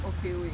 okay wait